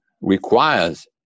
requires